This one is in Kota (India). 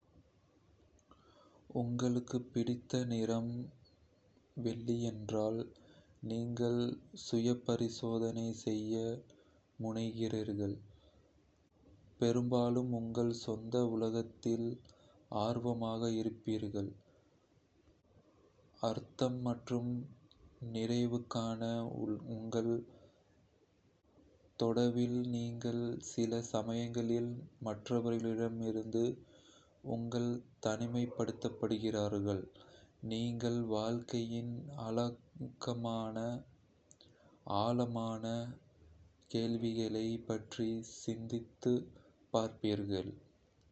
நீங்கள் சுயபரிசோதனை செய்ய முனைகிறீர்கள், பெரும்பாலும் உங்கள் சொந்த உலகத்தில் ஆர்வமாக இருப்பீர்கள். அர்த்தம் மற்றும் நிறைவுக்கான உங்கள் தேடலில் நீங்கள் சில சமயங்களில் மற்றவர்க ளிஉங்களுக்கு பிடித்த நிறம் வெள்ளி என்றால் டமிருந்து உங்களை தனிமைப்படுத்திக்கொள்கிறீர்கள், நீங்கள் வாழ்க்கையின் ஆழமான கேள்விகளைப் பற்றி சிந்தித்துப் பார்க்கிறீர்கள்.